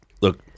look